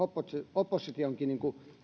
oppositionkin